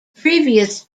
previous